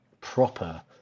proper